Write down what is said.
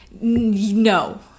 No